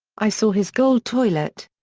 i saw his gold toilet.